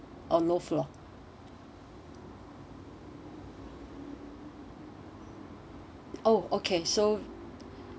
or low floor oh okay so